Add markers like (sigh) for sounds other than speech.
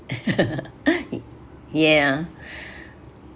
(laughs) ya